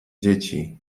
dzieci